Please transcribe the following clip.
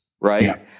Right